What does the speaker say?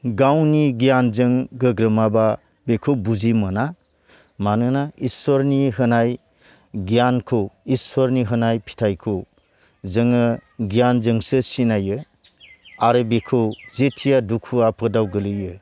गावनि गियानजों गोग्रोमाब्ला बेखौ बुजि मोना मानोना इसोरनि होनाय गियानखौ इसोरनि होनाय फिथायखौ जोङो गियानजोंसो सिनायो आरो बिखौ जेथिया दुखु आफोदाव गोलैयो